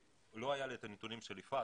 לא היו לי את הנתונים של 'יפעת',